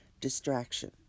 distraction